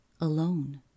alone